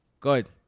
Good